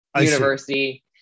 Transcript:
University